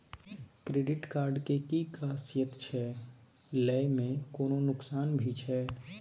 Credit card के कि खासियत छै, लय में कोनो नुकसान भी छै?